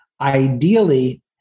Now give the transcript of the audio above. Ideally